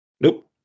Nope